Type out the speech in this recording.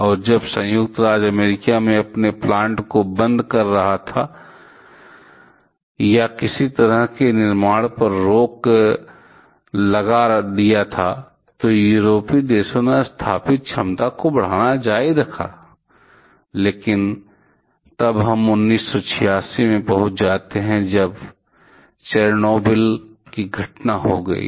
और जब संयुक्त राज्य अमेरिका अपने प्लांट को बंद कर रहा था या किसी भी तरह के नए निर्माण पर रोक लगा दिया था तो यूरोपीय देशों ने स्थापित क्षमता को बढ़ाना जारी रखा लेकिन तब हम 1986 में पहुंच जाते हैं तब चेरनोबिल की घटना हो गयी